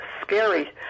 scary